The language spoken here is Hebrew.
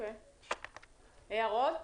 יש הערות?